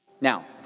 Now